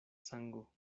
sango